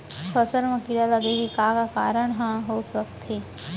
फसल म कीड़ा लगे के का का कारण ह हो सकथे?